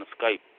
Skype